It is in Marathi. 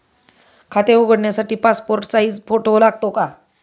खाते उघडण्यासाठी पासपोर्ट साइज फोटो लागतो का?